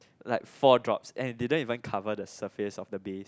like four drops and didn't even cover the surface of the base